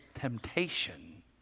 temptation